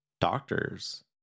Doctors